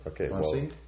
okay